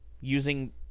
using